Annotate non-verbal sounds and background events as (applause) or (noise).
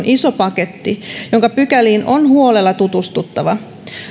(unintelligible) iso paketti jonka pykäliin on huolella tutustuttava